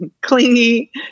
Clingy